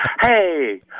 Hey